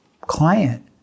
client